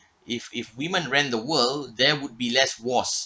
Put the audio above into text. if if women ran the world there would be less wars